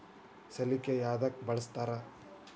ಸಲಿಕೆ ಯದಕ್ ಬಳಸ್ತಾರ?